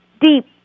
Deep